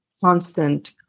constant